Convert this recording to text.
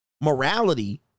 Morality